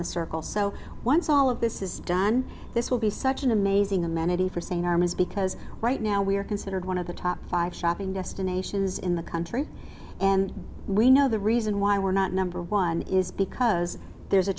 the circle so once all of this is done this will be such an amazing amenity for saying armas because right now we are considered one of the top five shopping destinations in the country and we know the reason why we're not number one is because there's a